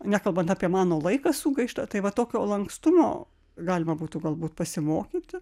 nekalbant apie mano laiką sugaištą tai va tokio lankstumo galima būtų galbūt pasimokyti